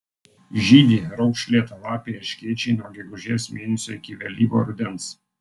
žydi raukšlėtalapiai erškėčiai nuo gegužės mėnesio iki vėlyvo rudens